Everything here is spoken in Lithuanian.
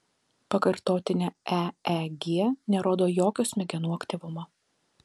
pakartotinė eeg nerodo jokio smegenų aktyvumo